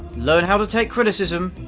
learn how to take criticism,